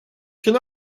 can